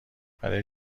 برای